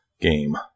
game